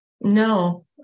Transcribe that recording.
No